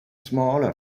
smaller